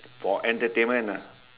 for entertainment lah